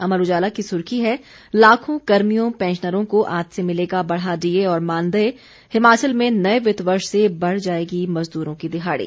अमर उजाला की सुर्खी है लाखों कर्मियों पैंशनरों को आज से मिलेगा बढ़ा डीए और मानदेय हिमाचल में नए वित्त वर्ष से बढ़ जाएगी मजदूरों की दिहाड़ी